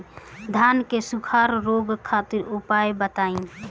धान के सुखड़ा रोग खातिर उपाय बताई?